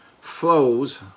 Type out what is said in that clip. flows